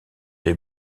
les